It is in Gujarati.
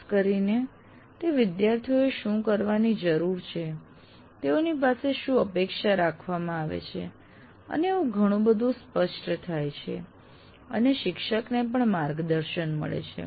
ખાસ કરીને તે વિદ્યાર્થીઓએ શું કરવાની જરૂર છે તેઓની પાસે શું અપેક્ષા રાખવામાં આવે છે અને એવું ઘણું બધું સ્પષ્ટ થાય છે અને શિક્ષકોને પણ માર્ગદર્શન મળે છે